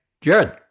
Jared